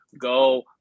Go